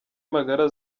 magara